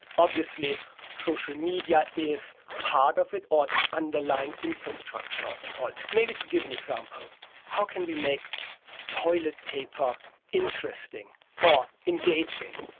obviously social media is part of it or the underlying infrastructure of it all. maybe to give an example how can we make toilet paper interesting or engaging?